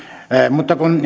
mutta kun